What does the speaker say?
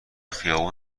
خیابون